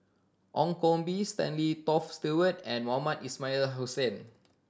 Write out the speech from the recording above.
Ong Koh Bee Stanley Toft Stewart and Mohamed Ismail Hussain